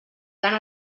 cant